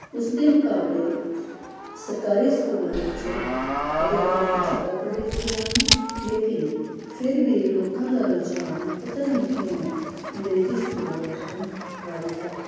ਉਸਦੇ ਮੁਕਾਬਲੇ ਸਰਕਾਰੀ ਸਕੂਲਾਂ ਵਿੱਚ ਅਧਿਆਪਕ ਜ਼ਿਆਦਾ ਪੜ੍ਹੇ ਲਿਖੇ ਹਨ ਲੇਕਿਨ ਫਿਰ ਵੀ ਲੋਕਾਂ ਦਾ ਰੁਝਾਨ ਪਤਾ ਨਹੀਂ ਕਿਉਂ ਅੰਗਰੇਜ਼ੀ ਸਕੂਲਾਂ ਵੱਲ ਹਨ ਵੱਲ ਹੈ